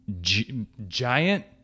Giant